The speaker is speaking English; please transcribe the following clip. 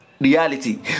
reality